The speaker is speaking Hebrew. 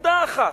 בנקודה אחת: